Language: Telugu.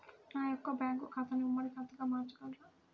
నా యొక్క బ్యాంకు ఖాతాని ఉమ్మడి ఖాతాగా మార్చగలరా?